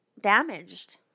damaged